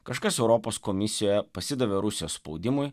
kažkas europos komisijoje pasidavė rusijos spaudimui